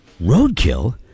Roadkill